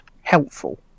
helpful